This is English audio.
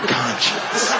conscience